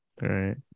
right